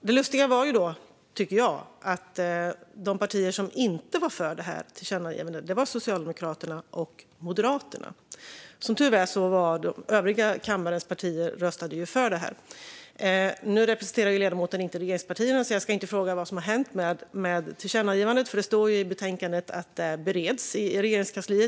Det lustiga var då, tycker jag, att de partier som inte var för detta förslag till tillkännagivande var Socialdemokraterna och Moderaterna. Som tur var röstade kammarens övriga partier för detta. Nu representerar ledamoten inte regeringspartierna, och jag ska därför inte fråga vad som har hänt med tillkännagivandet. Det står i betänkandet att det bereds i Regeringskansliet.